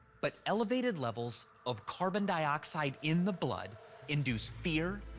but elevated levels of carbon dioxide in the blood induce fear,